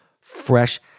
fresh